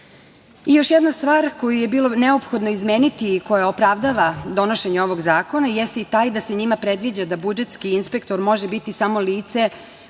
2,65.Još jedna stvar koju je bilo neophodno izmeniti i koja opravdava donošenje ovog zakona jeste i taj da se njima predviđa da budžetski inspektor može biti samo lice